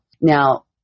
Now